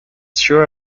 sure